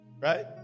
Right